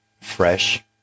fresh